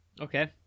Okay